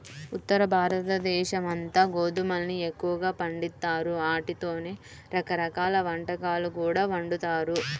ఉత్తరభారతదేశమంతా గోధుమల్ని ఎక్కువగా పండిత్తారు, ఆటితోనే రకరకాల వంటకాలు కూడా వండుతారు